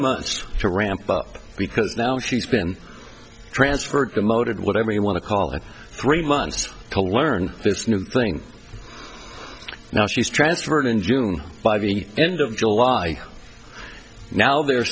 months to ramp up because now she's been transferred demoted whatever you want to call it three months to learn this new thing now she's transferred in june by the end of july now they